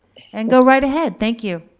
and go right ahead. thank you.